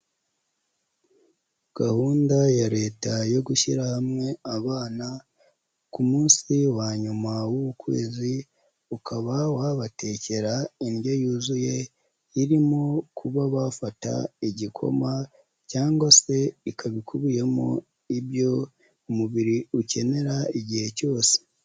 Gahunda ya Leta yo gushyira hamwe abana ku munsi wa nyuma w'ukwezi, ukaba wabatekera indyo yuzuye, irimo kuba bafata igikoma cyangwa se ikaba ikubiyemo ibyo umubiri ukenera igihe cyose.